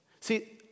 See